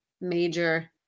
major